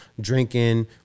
drinking